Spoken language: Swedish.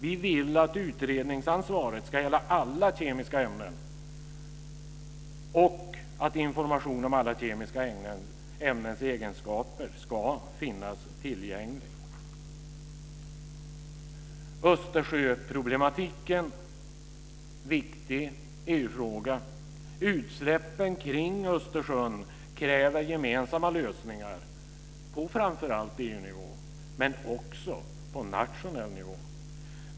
Vi vill att utredningsansvaret ska gälla alla kemiska ämnen och att information om alla kemiska ämnens egenskaper ska finnas tillgänglig. Östersjöproblematiken är en viktig EU-fråga. Utsläppen kring Östersjön kräver gemensamma lösningar på framför allt EU-nivå, men också på nationell nivå.